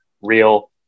real